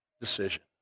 decision